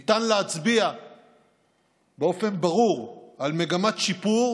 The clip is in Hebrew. ניתן להצביע באופן ברור על מגמת שיפור